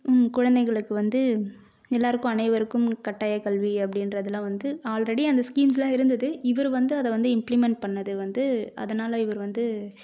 குழந்தைகளுக்கு வந்து எல்லோருக்கும் அனைவருக்கும் கட்டாயக்கல்வி அப்படின்றதுலாம் வந்து ஆல்ரெடி அந்த ஸ்கீம்ஸ்லாம் இருந்தது இவர் வந்து அதை வந்து இம்ப்ளிமெண்ட் பண்ணது வந்து அதனால் இவர் வந்து